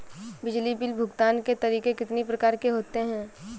बिजली बिल भुगतान के तरीके कितनी प्रकार के होते हैं?